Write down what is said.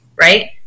right